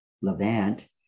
Levant